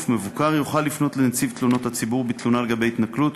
מבוקר יוכל לפנות לנציב תלונות הציבור בתלונה לגבי התנכלות